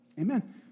Amen